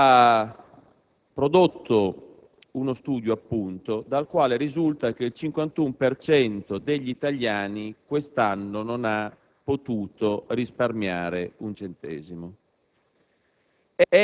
ha prodotto oggi uno studio dal quale risulta che il 51 per cento degli italiani quest'anno non ha potuto risparmiare un centesimo.